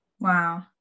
wow